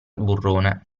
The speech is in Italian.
burrone